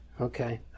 Okay